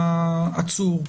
העצור.